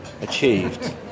achieved